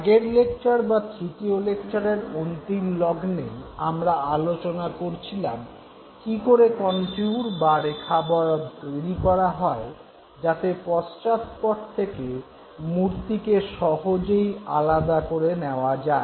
আগের লেকচার বা তৃতীয় লেকচারের অন্তিম লগ্নে আমরা আলোচনা করছিলাম কী করে কন্ট্যুর বা রেখাবয়ব তৈরি করা হয় যাতে পশ্চাৎপট থেকে মূর্তিকে সহজেই আলাদা করে নেওয়া যায়